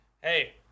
hey